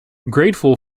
grateful